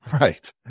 Right